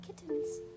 kittens